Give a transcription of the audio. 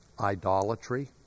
idolatry